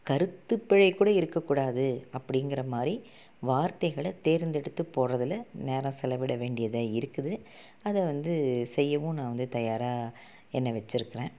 கருத்துப் பிழைக்கூட இருக்கக்கூடாது அப்படிங்கிற மாதிரி வார்த்தைகளை தேர்ந்தெடுத்து போடுறதுல நேரம் செலவிட வேண்டியதாக இருக்குது அதை வந்து செய்யவும் நான் வந்து தயாராக என்ன வெச்சிருக்கிறேன்